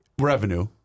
Revenue